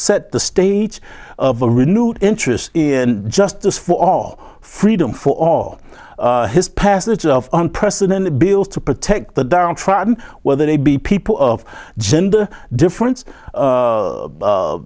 set the stage of a renewed interest in justice for all freedom for his passage of unprecedented bills to protect the downtrodden whether they be people of gender difference